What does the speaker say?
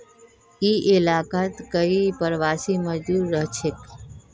ई इलाकात कई प्रवासी मजदूर रहछेक